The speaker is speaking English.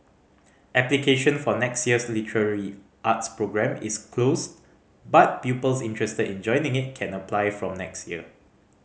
application for next year's literary arts programme is closed but pupils interested in joining it can apply from next year